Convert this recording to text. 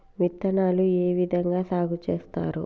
విత్తనాలు ఏ విధంగా సాగు చేస్తారు?